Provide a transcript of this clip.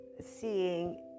seeing